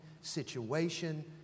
situation